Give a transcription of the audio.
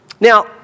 Now